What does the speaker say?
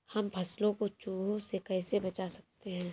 हम फसलों को चूहों से कैसे बचा सकते हैं?